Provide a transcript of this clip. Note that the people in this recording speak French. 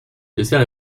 dessert